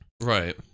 Right